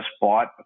bought